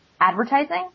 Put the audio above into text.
advertising